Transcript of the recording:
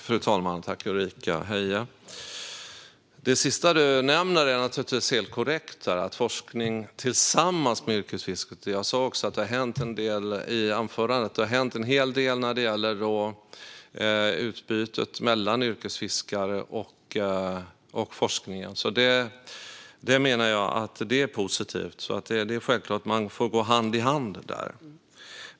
Fru talman! Tack, Ulrika Heie! Det sista du nämner om forskning tillsammans med yrkesfisket är helt korrekt. Jag sa också i anförandet att det har hänt en hel del när det gäller utbytet mellan yrkesfiskare och forskning. Det är positivt. Man får gå hand i hand där.